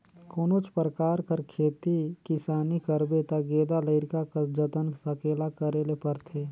कोनोच परकार कर खेती किसानी करबे ता गेदा लरिका कस जतन संकेला करे ले परथे